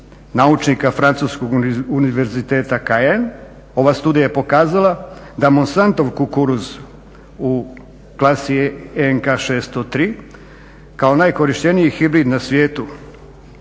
naučnika Francuskog univerziteta Cayenne. Ova studija je pokazala da Monsantov kukuruz u klasi NK 603 kao najkorišteniji hibrid na svijetu,